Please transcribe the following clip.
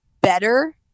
better